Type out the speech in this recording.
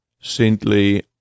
saintly